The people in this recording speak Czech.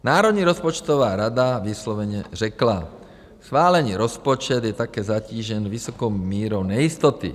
Národní rozpočtová rada vysloveně řekla: Schválený rozpočet je také zatížen vysokou mírou nejistoty.